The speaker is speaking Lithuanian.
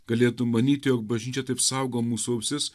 galėtum manyti jog bažnyčia taip saugo mūsų ausis